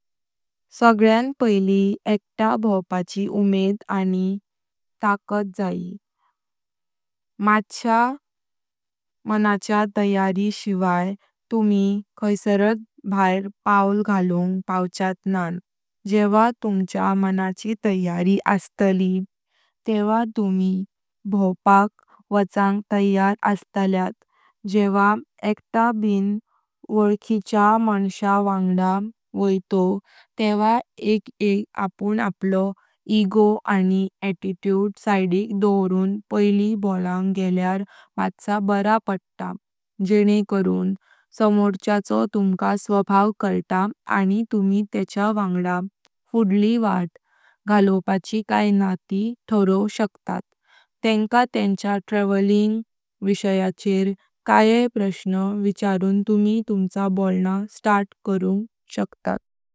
सगळ्यान पैली एकता भौवपाची उम्मीद आनी ताकत जाई। मांच्या तयारी शिवाय तुम्ही खायसरात बाहर पाऊल घालूंग पावच्यात नांण जेव्हा तुमच्या मनाची तयारी असतालि तेव्हा तुम्ही भौवपाक वचांग तयार असताल्यात। जेव्हा एकता बिन वोलखिच्या माण्श्या वांग्डा व्होतों तेव्हा एक-एक आपुन आपलो अहंकार आनी एटिटूड सिडीक दौवरून पैली बोलांग गल्यार म बारा पडता जेनें करून सामोर्च्या चो तुमका स्वभाव काइटा आनी तुम्ही टेच्या वांग्डा फुडली वाट घालोवोची काये णा ती ठारोव शक्तात। तेंका टेंच्या ट्रॅव्हिलिंग विषयाचेर काये प्रश्न विचारून तुम्ही तुमचा बोलना स्टार्ट करून शक्तात।